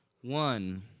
One